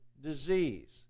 disease